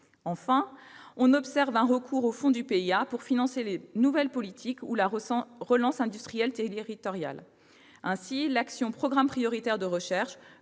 Enfin, on observe un recours aux fonds du PIA pour financer les nouvelles politiques ou la relance industrielle territoriale. Ainsi, l'action Programmes prioritaires de recherche